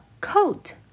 Coat